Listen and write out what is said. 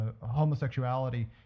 homosexuality